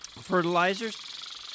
Fertilizers